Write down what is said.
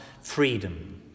freedom